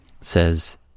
says